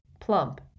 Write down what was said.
plump